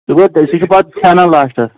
سُہ گوٚو تیٚلہِ سُہ چھِ پتہٕ ژھٮ۪نان لاسٹَس